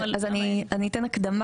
אני אתן הקדמה,